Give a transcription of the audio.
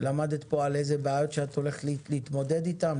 למדת פה על בעיות שאת הולכת להתמודד איתן,